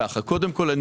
קודם כל,